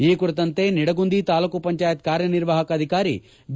ಈ ಕುರಿತಂತೆ ನಿಡಗುಂದಿ ತಾಲೂಕು ಪಂಚಾಯತ್ ಕಾರ್ಯನಿರ್ವಾಪಕ ಅಧಿಕಾರಿ ಬಿ